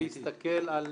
ניתן להסתכל על